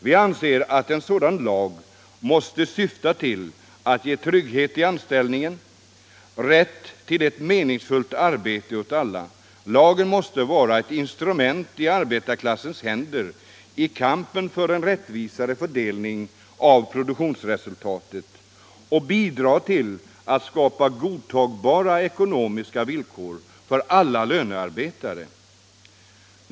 Vi anser att en sådan lag måste syfta till att ge trygghet i anställningen — rätt till meningsfullt arbete åt alla. Lagen måste vara ett instrument i arbetarklassens händer i kampen för en rättvisare fördelning av produktionsresultatet och bidra till att skapa godtagbara ekonomiska villkor för alla lönarbetare.